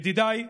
ידידיי,